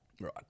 Right